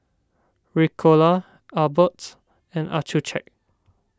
Ricola Abbott and Accucheck